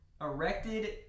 erected